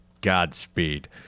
Godspeed